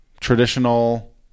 traditional